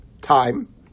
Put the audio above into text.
time